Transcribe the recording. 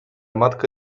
matka